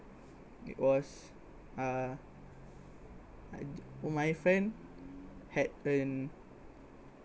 it was uh my friend had a